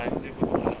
时间不多 liao